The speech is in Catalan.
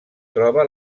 troba